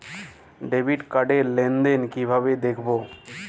Debit card র লেনদেন কিভাবে দেখবো?